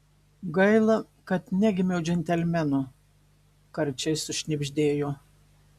gaila kad negimiau džentelmenu karčiai sušnibždėjo